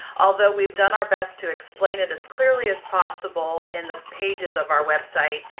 although we've done our best to explain it as clearly as possible in the pages of our website,